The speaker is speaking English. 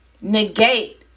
negate